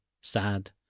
sad